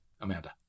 Amanda